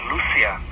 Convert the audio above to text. Lucia